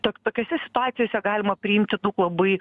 tokiose situacijose galima priimti daug labai